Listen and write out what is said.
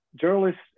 journalists